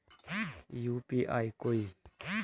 UPI कोई